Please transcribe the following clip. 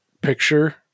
picture